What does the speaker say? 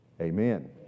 Amen